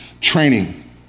Training